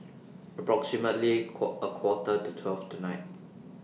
approximately A Quarter to twelve tonight